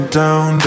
down